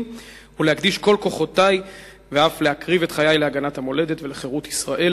ולהקדיש כל כוחותי ואף להקריב את חיי להגנת המולדת ולחירות ישראל"